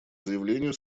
заявлению